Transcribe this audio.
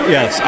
Yes